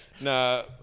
No